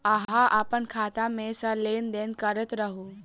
अहाँ अप्पन खाता मे सँ लेन देन करैत रहू?